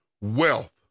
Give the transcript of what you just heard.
wealth